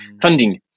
funding